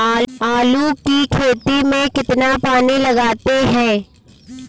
आलू की खेती में कितना पानी लगाते हैं?